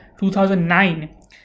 2009